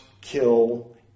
kill